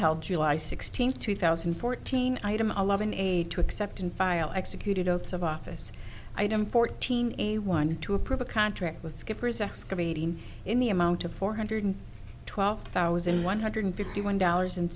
held july sixteenth two thousand and fourteen item eleven aid to accept and file executed oaths of office item fourteen a one to approve a contract with skipper's excavating in the amount of four hundred twelve thousand one hundred fifty one dollars and